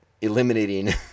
eliminating